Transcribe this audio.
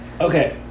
okay